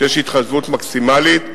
ויש התחשבות מקסימלית.